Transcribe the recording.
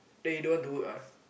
then you don't want to work ah